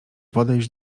podejść